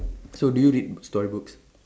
so do you read story books